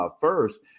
first